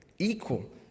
Equal